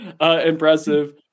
Impressive